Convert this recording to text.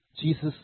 Jesus